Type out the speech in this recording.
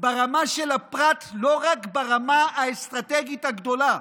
ברמה של הפרט, לא רק ברמה האסטרטגית הגדולה,